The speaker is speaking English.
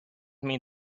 mean